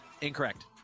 Incorrect